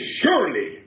surely